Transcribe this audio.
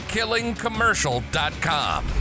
killingcommercial.com